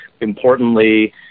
importantly